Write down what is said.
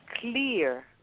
clear